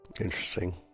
Interesting